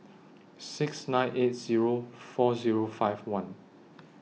six nine eight Zero four Zero five one